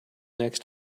next